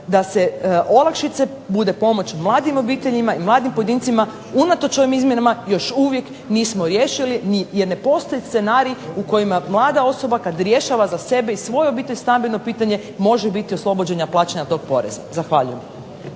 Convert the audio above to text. da se olakšice bude pomoć mladim obiteljima i mladim pojedincima unatoč ovim izmjenama još uvijek nismo riješili i ne postoji scenarij u kome mlada osoba kada rješava za sebe i svoju obitelj stambeno pitanje može biti oslobođena plaćanja tog poreza. Zahvaljujem.